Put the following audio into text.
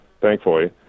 thankfully